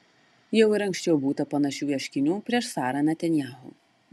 jau ir anksčiau būta panašių ieškinių prieš sara netanyahu